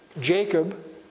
Jacob